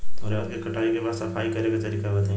रहर के कटाई के बाद सफाई करेके तरीका बताइ?